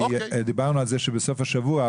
דיברנו על זה שבסוף השבוע,